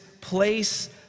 place